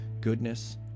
goodness